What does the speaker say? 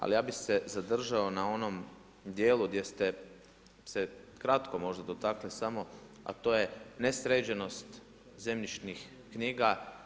Ali ja bih se zadržao na onom dijelu gdje ste se kratko možda dotaknuli samo, a to je nesređenost zemljišnih knjiga.